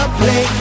play